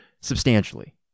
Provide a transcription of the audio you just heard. substantially